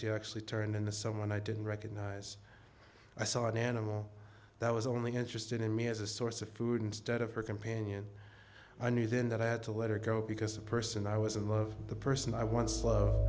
she actually turned into someone i didn't recognize i saw an animal that was only interested in me as a source of food instead of her companion i knew then that i had to let her go because the person i was in love the person i